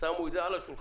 שמו את זה על השולחן.